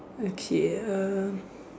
okay uh